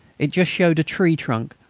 it just showed a tree trunk,